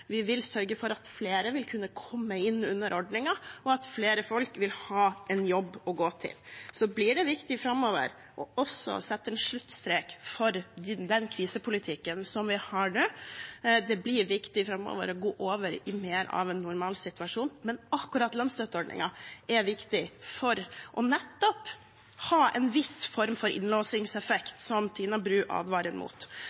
vi vil sørge for at flere vil kunne komme inn under ordningen, og at flere folk vil ha en jobb å gå til. Så blir det viktig framover også å sette en sluttstrek for den krisepolitikken vi har nå. Det blir viktig framover å gå over i en mer normal situasjon. Men akkurat lønnsstøtteordningen er viktig for nettopp å ha en viss form for